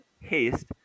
Haste